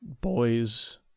boys